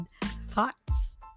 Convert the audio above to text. Thoughts